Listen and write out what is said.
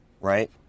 right